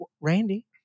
randy